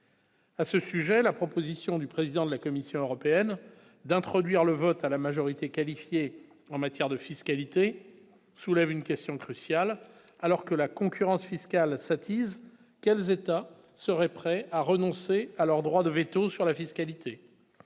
à ce sujet, la proposition du président de la Commission européenne d'introduire le vote à la majorité qualifiée, en matière de fiscalité soulève une question cruciale alors que la concurrence fiscale ça tease quels États seraient prêts à renoncer à leur droit de véto sur la fiscalité,